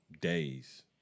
days